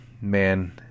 man